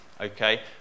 Okay